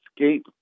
escape